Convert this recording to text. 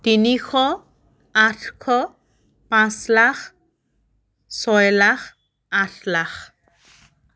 তিনিশ আঠশ পাঁচ লাখ ছয় লাখ আঠ লাখ